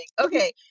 okay